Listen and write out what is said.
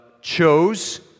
chose